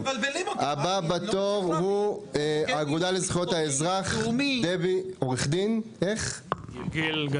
הבא בתור הוא האגודה לזכויות האזרח, עו"ד גיל,